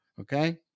Okay